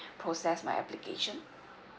process my application